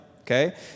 okay